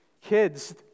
kids